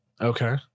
Okay